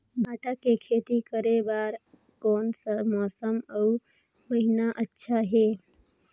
भांटा के खेती करे बार कोन सा मौसम अउ महीना अच्छा हे?